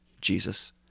Jesus